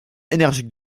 énergique